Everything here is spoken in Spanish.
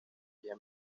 ella